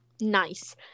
Nice